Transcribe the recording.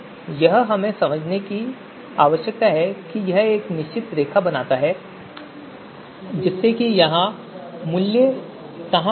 यह हमें यह समझने के लिए एक निश्चित रेखा बनाता है कि मूल्य कहाँ पड़े हैं